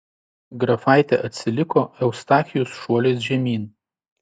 grafaitė atsiliko eustachijus šuoliais žemyn